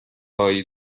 هایی